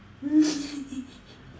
mm